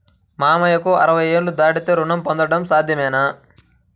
మామయ్యకు అరవై ఏళ్లు దాటితే రుణం పొందడం సాధ్యమేనా?